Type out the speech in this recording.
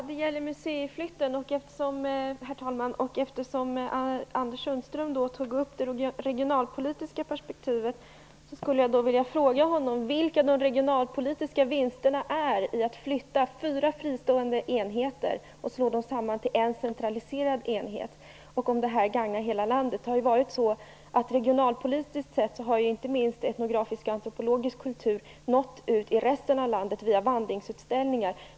Herr talman! Det här gäller också museiflytten. Eftersom Anders Sundström tog upp det regionalpolitiska perspektivet, skulle jag vilja fråga honom vilka de regionalpolitiska vinsterna är med att flytta fyra fristående enheter och slå samman dem till en centraliserad. Gagnar det hela landet? Det har ju varit så, regionalpolitiskt sett, att inte minst etnografisk och antropologisk kultur har nått ut till resten av landet via vandringsutställningar.